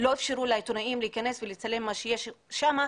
לא אפשרו לעיתונאים להיכנס ולצלם מה שיש שם,